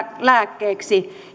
lääkkeeksi